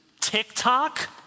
TikTok